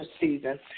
season